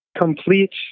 complete